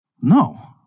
No